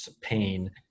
pain